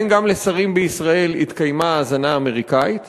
האם גם לשרים בישראל התקיימה האזנה אמריקנית.